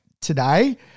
today